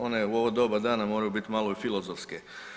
One u ovo doba dana moraju biti malo i filozofske.